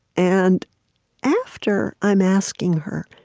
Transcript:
and after i'm asking her,